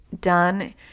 done